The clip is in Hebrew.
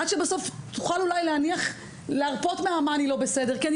עד שבסוף תוכל להרפות במה אני לא בסדר כי אני